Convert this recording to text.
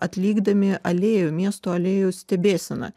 atlikdami alėjų miesto alėjų stebėseną